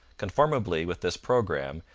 conformably with this programme,